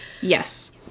yes